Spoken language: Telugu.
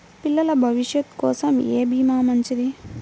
పిల్లల భవిష్యత్ కోసం ఏ భీమా మంచిది?